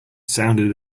sounded